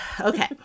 Okay